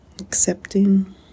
Accepting